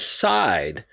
side